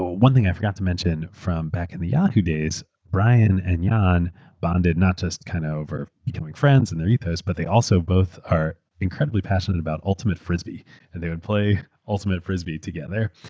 one thing i forgot to mention form back in the yahoo! days, brian and yeah ah jan bonded not just kind of over becoming friends and their ethos, but they also both are incredibly passionate about ultimate frisbee and they would play ultimate frisbee together.